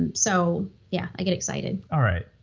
and so yeah, i get excited all right,